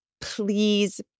please